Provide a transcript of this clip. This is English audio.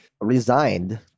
resigned